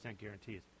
guarantees